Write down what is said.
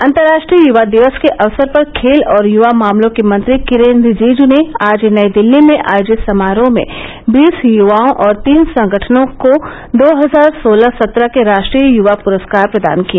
अंतर्राष्ट्रीय युवा दिवस के अवसर पर खेल और युवा मामलों के मंत्री किरेन रिजिजू ने आज नई दिल्ली में आयोजित समारोह में बीस युवाओं और तीन संगठनों को दो हजार सोलह सत्रह के राष्ट्रीय युवा पुरस्कार प्रदान किए